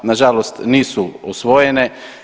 Na žalost nisu usvojene.